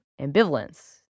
ambivalence